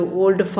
old